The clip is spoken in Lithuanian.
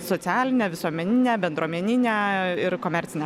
socialinę visuomeninę bendruomeninę ir komercinę